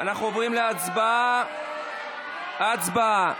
אנחנו עוברים להצבעה, הצבעה